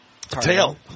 Tail